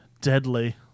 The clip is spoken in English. deadly